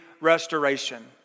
restoration